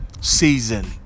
season